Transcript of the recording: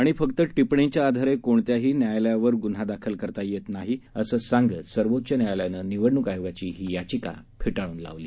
आणि फक्त टिप्पणीच्या आधारे कोणत्याही न्यायालयावर गुन्हा दाखल करता येत नाही असं सांगत सर्वोच्च न्यायालयानं निवडणूक आयोगाची ही याचिका फेटाळून लावली